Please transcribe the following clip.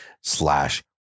slash